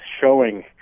showing